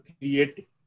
create